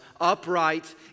upright